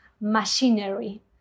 machinery